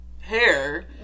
hair